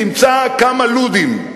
תמצא כמה לודים,